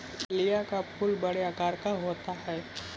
dahlia का फूल बड़े आकार का होता है